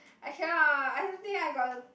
I cannot ah I don't think I got the